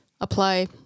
apply